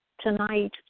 tonight